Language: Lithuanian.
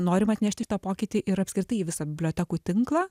norim atnešti šitą pokytį ir apskritai visą bibliotekų tinklą